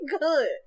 good